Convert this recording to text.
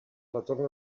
retorn